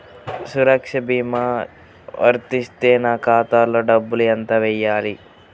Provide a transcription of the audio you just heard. సురక్ష భీమా వర్తిస్తే నా ఖాతాలో డబ్బులు ఎంత వేయాలి?